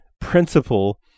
principle